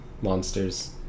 monsters